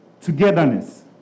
togetherness